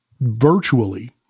virtually